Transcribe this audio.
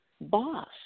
boss